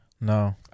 No